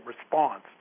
response